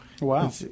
Wow